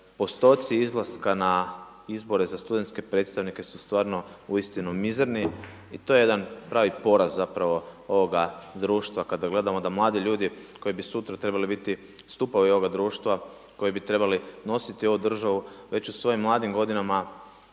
postoci izlaska na izbore za studentske predstavnike su stvarno uistinu mizerni i to je jedan pravi poraz zapravo ovoga društva kada gledamo da mladi ljudi koji bi sutra trebali biti stupovi ovoga društva, koji bi trebali nositi ovu državu već u svojim mladim godinama